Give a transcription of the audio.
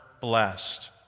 blessed